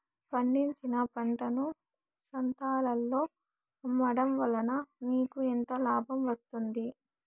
పండించిన పంటను సంతలలో అమ్మడం వలన మీకు ఎంత లాభం వస్తుంది?